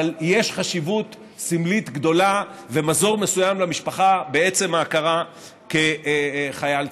אבל יש חשיבות סמלית גדולה ומזור מסוים למשפחה בעצם ההכרה כחלל צה"ל.